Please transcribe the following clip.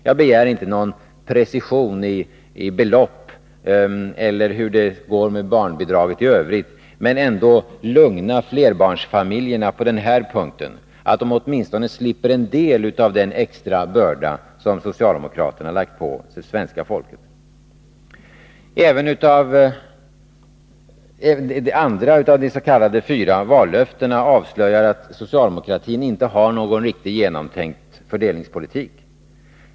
Jag begär inte någon precision i belopp eller i beskedet om hur det går med barnbidraget i övrigt, men jag vill ändå säga: Lugna flerbarnsfamiljerna på den här punkten, så att de åtminstone slipper en del av den extra börda som socialdemokraterna lagt på det svenska folket! Även de andra av dess.k. fyra vallöftena avslöjar att socialdemokratin inte har en genomtänkt fördelningspolitik.